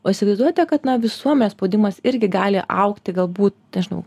o įsivaizduojate kad nuo visuomenės spaudimas irgi gali augti galbūt nežinau